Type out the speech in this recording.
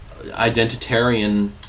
identitarian